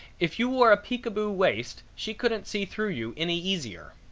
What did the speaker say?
if you wore a peekaboo waist she couldn't see through you any easier.